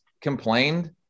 complained